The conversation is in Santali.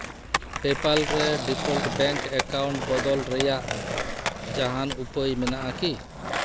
ᱯᱮᱯᱟᱞ ᱨᱮ ᱰᱤᱯᱷᱞᱴ ᱵᱮᱝᱠ ᱮᱠᱟᱣᱩᱱᱴ ᱵᱚᱫᱚᱞ ᱨᱮᱭᱟᱜ ᱡᱟᱦᱟᱱ ᱩᱯᱟᱹᱭ ᱢᱮᱱᱟᱜᱼᱟ ᱠᱤ